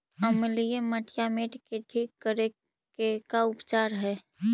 अमलिय मटियामेट के ठिक करे के का उपचार है?